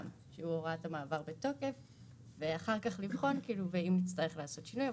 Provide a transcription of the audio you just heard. שהוא הוראת המעבר בתוקף ואחר כך לבחון א צריך לעשות שינוי.